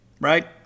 right